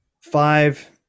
five